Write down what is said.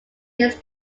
his